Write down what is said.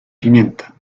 pimienta